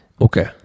okay